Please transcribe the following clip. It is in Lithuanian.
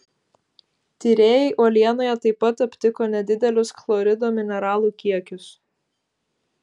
tyrėjai uolienoje taip pat aptiko nedidelius chlorido mineralų kiekius